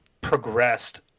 progressed